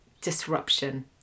disruption